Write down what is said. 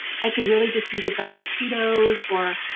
i could really just use a bag of cheetos or